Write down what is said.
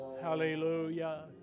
Hallelujah